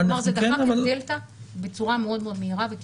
כלומר, זה גדל מדלתא, בצורה מהירה מאוד וקיצונית.